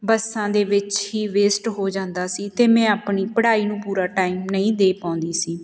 ਬੱਸਾਂ ਦੇ ਵਿੱਚ ਹੀ ਵੇਸਟ ਹੋ ਜਾਂਦਾ ਸੀ ਅਤੇ ਮੈਂ ਆਪਣੀ ਪੜ੍ਹਾਈ ਨੂੰ ਪੂਰਾ ਟਾਈਮ ਨਹੀਂ ਦੇ ਪਾਉਂਦੀ ਸੀ